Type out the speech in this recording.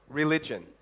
religion